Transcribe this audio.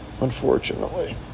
unfortunately